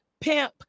Pimp